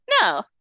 No